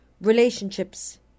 Relationships